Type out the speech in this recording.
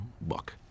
book